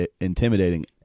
intimidating